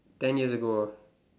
ten years ago